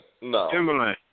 No